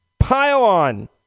Pile-on